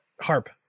harp